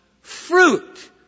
fruit